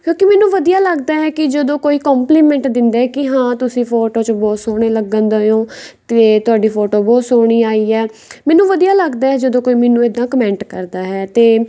ਕਿਉਂਕਿ ਮੈਨੂੰ ਵਧੀਆ ਲੱਗਦਾ ਹੈ ਕਿ ਜਦੋਂ ਕੋਈ ਕੋਂਪਲੀਮੈਂਟ ਦਿੰਦਾ ਹੈ ਕਿ ਹਾਂ ਤੁਸੀਂ ਫੋਟੋ 'ਚ ਬਹੁਤ ਸੋਹਣੇ ਲੱਗਣ ਦੇ ਹੋ ਅਤੇ ਤੁਹਾਡੀ ਫੋਟੋ ਬਹੁਤ ਸੋਹਣੀ ਆਈ ਹੈ ਮੈਨੂੰ ਵਧੀਆ ਲੱਗਦਾ ਹੈ ਜਦੋਂ ਕੋਈ ਮੈਨੂੰ ਇੱਦਾਂ ਕਮੈਂਟ ਕਰਦਾ ਹੈ ਅਤੇ